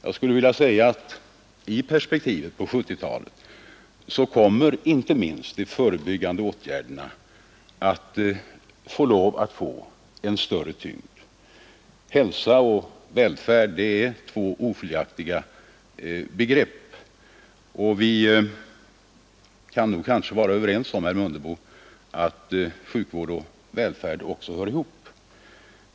I perspektivet på 1970-talet måste inte minst de förebyggande åtgärderna få en större tyngd. Hälsa och välfärd är två oskiljaktiga begrepp, och vi kan kanske vara överens om, herr Mundebo, att sjukvården och välfärden också hör ihop.